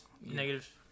negative